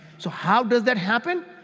so how does that happen?